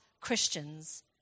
Christians